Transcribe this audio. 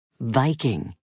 Viking